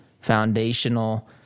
foundational